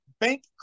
bank